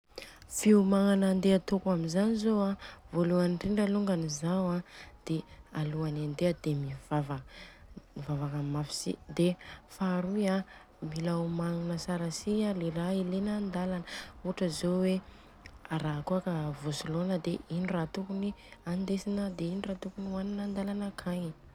Fiomagnana handeha atôko amizany zô an, vôlohany indrindra alôngany zao an de alohany handeha de mivavaka, mivavaka mafy si, de faharoy an mila omagnina tsara si an le ra ilena andalana. Ohatra zô hoe ra kôa ka vôsilogna de ino ra tokony andesina ra tokony hoanina andalana akagny.